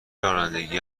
رانندگی